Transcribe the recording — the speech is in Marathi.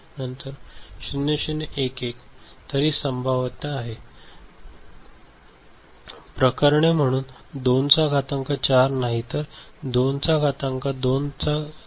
तर ही संभाव्यता आहे प्रकरणे म्हणून 2 चा घातांक 4 नाही तर 2 चा घातांक 2 वर 2